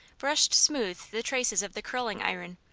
brushed smooth the traces of the curling iron,